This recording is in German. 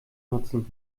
nutzen